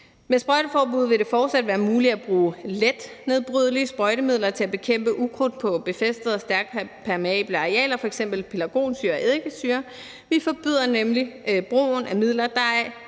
et sprøjteforbud vil det fortsat være muligt at bruge let nedbrydelige sprøjtemidler til at bekæmpe ukrudt på befæstede og stærkt permeable arealer, f.eks. pelargonsyre og eddikesyre. Vi forbyder nemlig brugen af midler, der er